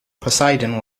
poseidon